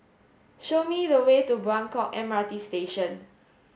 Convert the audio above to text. show me the way to Buangkok M R T Station